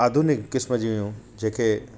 अधुनिक क़िस्म जी हुयूं जेके